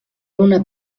una